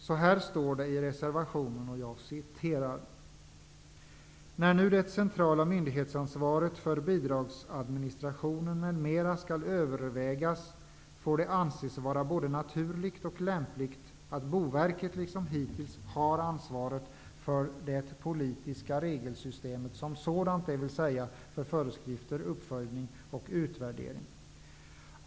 Så här står det i reservationen: ''När nu det centrala myndighetsansvaret för bidragsadministrationen m.m. skall övervägas får det anses vara både naturligt och lämpligt att Boverket liksom hittills har ansvaret för det bostadspolitiska regelsystemet som sådant, dvs. för föreskrifter, uppföljning och utvärdering.